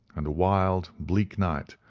and a wild, bleak night,